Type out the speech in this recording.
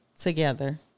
together